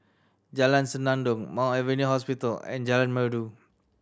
Jalan Senandong Mount Alvernia Hospital and Jalan Merdu